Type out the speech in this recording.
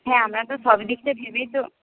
হ্যাঁ আমরা তো সব দিকটা ভেবেই তো